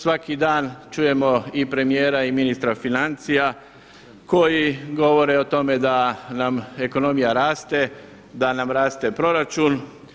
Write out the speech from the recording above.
Svaki dan čujemo i premijera i ministra financija koji govore o tome da nam ekonomija raste, da nam raste proračun.